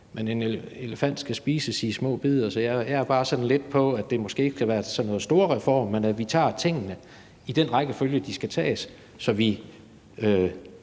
men en elefant skal spises i små bidder. Jeg er bare lidt på den med, at det måske ikke skal være sådan en stor reform, men at vi tager tingene i den rækkefølge, de skal tages, så vi